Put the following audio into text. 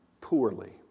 poorly